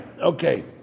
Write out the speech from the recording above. Okay